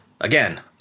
Again